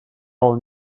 all